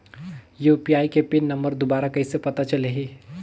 UPI के pin number दुबारा कइसे पता चलही?